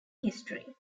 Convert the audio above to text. history